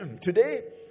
Today